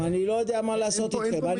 אני לא יודע מה לעשות איתכם.